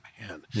Man